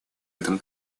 этом